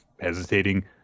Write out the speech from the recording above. hesitating